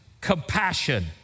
compassion